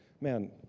man